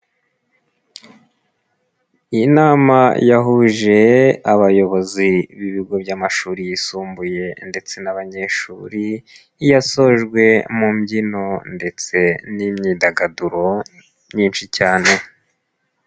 Iyi nama yahuje abayobozi b'ibigo by'amashuri yisumbuye ndetse n'abanyeshuri, yasojwe mu mbyino ndetse n'imyidagaduro myinshi cyane.